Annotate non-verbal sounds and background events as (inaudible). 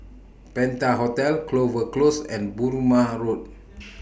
Penta Hotel Clover Close and Burmah Road (noise)